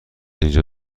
اینجا